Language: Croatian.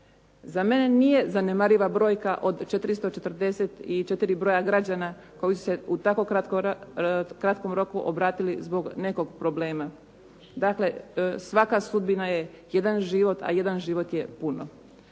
Za mene nije zanemariva brojka od 444 broja građana koji su se u tako kratkom roku obratili zbog nekog problema. Dakle, svaka sudbina je jedan život a jedan život je puno.